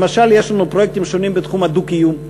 למשל, יש לנו פרויקטים שונים בתחום הדו-קיום,